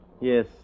Yes